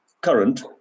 current